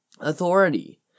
authority